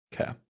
Okay